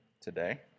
today